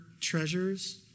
treasures